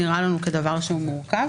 נראה לנו כדבר שהוא מורכב.